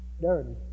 dirty